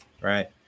right